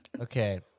Okay